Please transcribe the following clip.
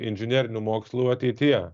inžinerinių mokslų ateityje